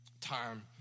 time